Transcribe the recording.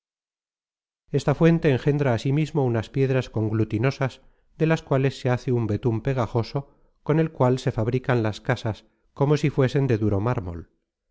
esta fuente engendra asimismo unas piedras conglutinosas de las cuales se hace un betun pegajoso con el cual se fabrican las casas como si fuesen de duro mármol